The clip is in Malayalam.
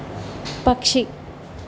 പക്ഷി